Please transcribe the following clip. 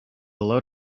load